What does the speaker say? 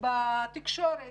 בתקשורת